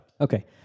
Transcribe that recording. Okay